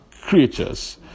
creatures